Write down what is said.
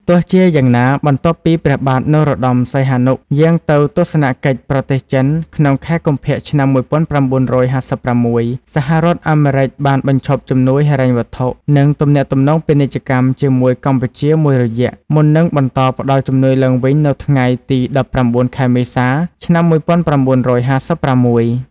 ទោះជាយ៉ាងណា បន្ទាប់ពីព្រះបាទនរោត្តម សីហនុយាងទៅទស្សនកិច្ចប្រទេសចិនក្នុងខែកុម្ភៈ ឆ្នាំ១៩៥៦ សហរដ្ឋអាមេរិកបានបញ្ឈប់ជំនួយហិរញ្ញវត្ថុ និងទំនាក់ទំនងពាណិជ្ជកម្មជាមួយកម្ពុជាមួយរយៈ មុននឹងបន្តផ្តល់ជំនួយឡើងវិញនៅថ្ងៃទី ១៩ ខែមេសា ឆ្នាំ១៩៥៦។